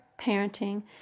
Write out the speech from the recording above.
parenting